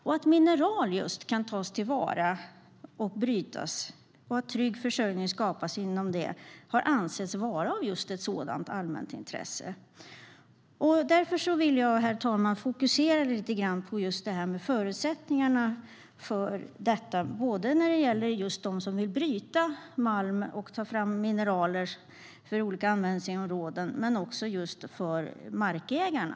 Att just mineral kan tas till vara och brytas och att trygg försörjning skapas inom detta område har ansetts vara av just ett sådant allmänt intresse. Herr talman! Därför vill jag fokusera lite grann på just förutsättningarna för detta, både när det gäller dem som vill bryta malm och ta fram mineraler för olika användningsområden och när det gäller markägarna.